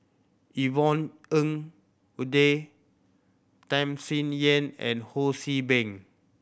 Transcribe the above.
Yvonne Ng Uhde Tham Sien Yen and Ho See Beng